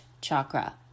chakra